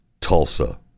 Tulsa